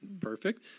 perfect